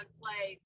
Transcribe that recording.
play